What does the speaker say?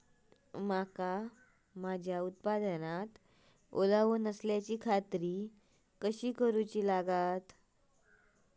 मका माझ्या उत्पादनात ओलावो नसल्याची खात्री कसा करुची लागतली?